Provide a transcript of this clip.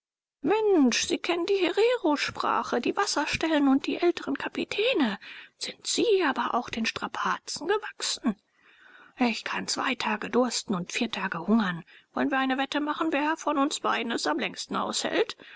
mensch sie kennen die hererosprache die wasserstellen und die älteren kapitäne sind sie aber auch den strapazen gewachsen ich kann zwei tage dursten und vier tage hungern wollen wir eine wette machen wer von uns beiden es am längsten aushält